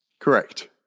Correct